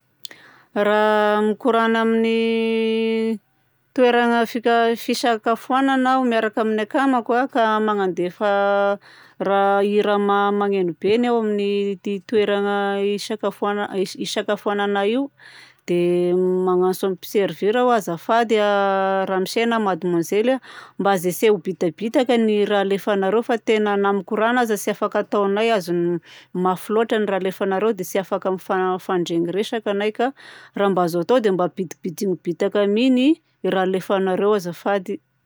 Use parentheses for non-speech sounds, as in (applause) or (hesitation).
Raha mikoragna amin'ny toerana fika- fisakafoagnana aho miaraka amin'ny akamako a, ka manandefa (hesitation) raha, hira maneno be ny ao amin'ny toeragna isakafoagna- isakafoanana io, dia magnantso ny mpiservir aho hoe azafady ramose na madmozely a, mba ajotseo bitabitaka ny raha alefanareo fa tena na mikoragna aza tsy afaka ataonay azon'ny mafy loatra ny raha alefanareo dia tsy afaka mifa- mifandregny resaka anay ka raha mba azo atao dia mba ampidipidino bitaka mi ny raha alefanareo azafady.